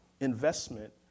investment